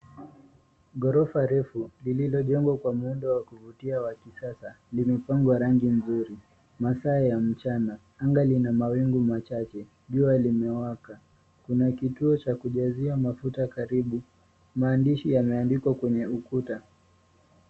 Ghorofa refu, lililojengwa kwa muundo wa kuvutia wa kisasa limepakwa rangi nzuri. Masaa ya mchana, anga lina mawingu machache. Jua limewaka . Kuna kituo cha kujazia mafuta karibu. Maandishi yameandikwa kwenye ukuta.